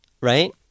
right